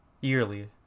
Yearly